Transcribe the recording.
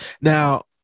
now